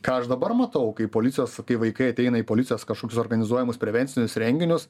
ką aš dabar matau kai policijos kai vaikai ateina į policijos kažkokius organizuojamus prevencinius renginius